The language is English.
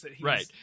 Right